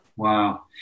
Wow